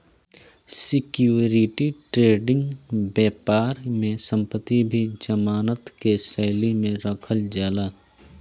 security trading बैपार में संपत्ति भी जमानत के शैली में रखल जाला